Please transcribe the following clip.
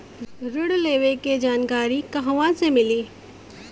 ऋण लेवे के जानकारी कहवा से मिली?